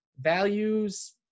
Values